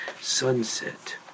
sunset